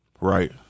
Right